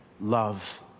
love